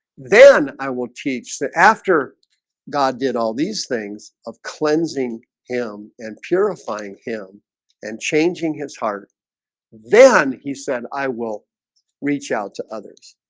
then i will teach that after god did all these things of cleansing him and purifying him and changing his heart then he said i will reach out to others